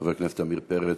חבר הכנסת עמיר פרץ,